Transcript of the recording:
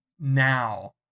now